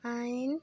ଆଇନ୍